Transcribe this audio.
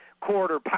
quarter